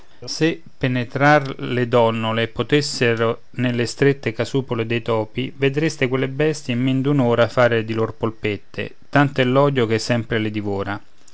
se penetrar le donnole potesser nelle strette casupole dei topi vedreste quelle bestie in men d'un'ora fare di lor polpette tanto è l'odio che sempre le divora